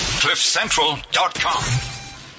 Cliffcentral.com